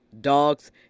Dogs